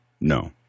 no